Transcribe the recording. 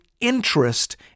interest